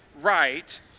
right